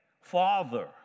Father